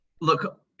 Look